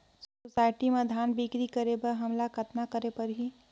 Society म धान बिक्री करे बर हमला कतना करे परही?